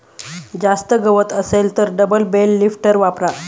जास्त गवत असेल तर डबल बेल लिफ्टर वापरा